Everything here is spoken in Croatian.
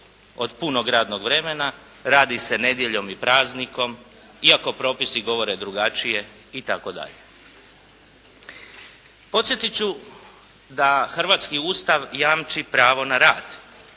od punog radnog vremena, radi se nedjeljom i praznikom iako propisi govore drugačije itd. Podsjetiti ću da hrvatski Ustav jamči pravo na rad,